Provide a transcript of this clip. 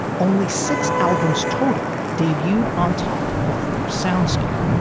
only six albums total debuted on top before soundscan.